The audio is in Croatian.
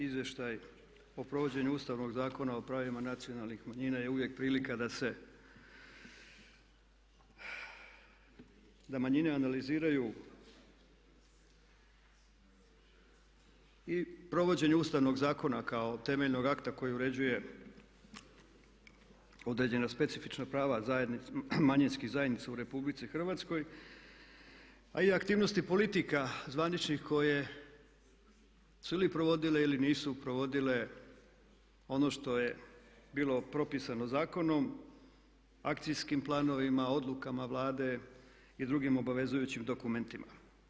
Izvještaj o provođenju Ustavnog zakona o pravima nacionalnih manjina je uvijek prilika da se, da manjine analiziraju i provođenje ustavnog zakona kao temeljnog akta koji uređuje određena specifična prava manjinskih zajednica u RH a i aktivnosti politika zvaničnih koje su ili provodile ili nisu provodile ono što je bilo propisano zakonom, akcijskim planovima, odlukama Vlade i drugim obavezujući dokumentima.